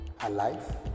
alive